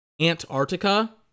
Antarctica